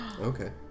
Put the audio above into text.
okay